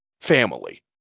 family